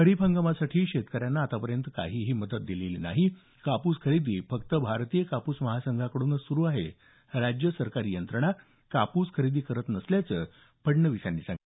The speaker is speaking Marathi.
खरीप हंगामासाठी शेतकऱ्यांना आतापर्यंत काहीही मदत नाही कापूस खरेदी फक्त भारतीय कापूस महासंघाकडूनच सुरू आहे राज्य सरकारी यंत्रणा कापूस खरेदी करत नसल्याचं फडणवीस यांनी सांगितलं